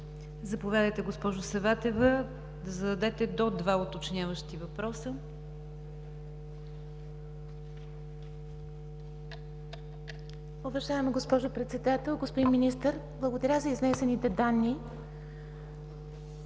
Заповядайте, госпожо Саватева, да зададете до два уточняващи въпроса.